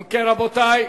אם כן, רבותי,